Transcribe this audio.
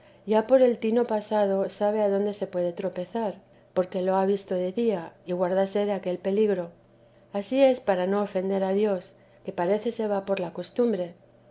ya por el tino pasado sabe dónde puede tropezar porque lo ha visto de día y guárdase de aquel peligro ansí es para no ofender a dios que parece se va por la costumbre